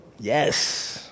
Yes